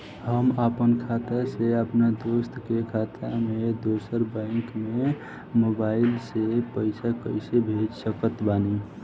हम आपन खाता से अपना दोस्त के खाता मे दोसर बैंक मे मोबाइल से पैसा कैसे भेज सकत बानी?